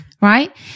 Right